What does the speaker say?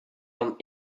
dan